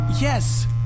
Yes